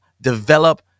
develop